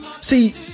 See